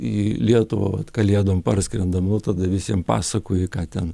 lietuvą kalėdom parskrendam nu tada visiem pasakoji ką ten